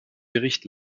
bericht